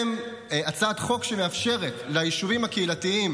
למעשה זו הצעת חוק שמאפשרת ליישובים הקהילתיים